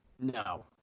No